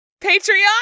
Patreon